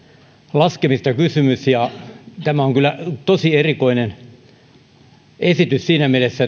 laskemisesta kysymys tämä on kyllä tosi erikoinen esitys siinä mielessä